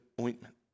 ointment